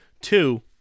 Two